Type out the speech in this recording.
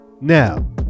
now